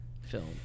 film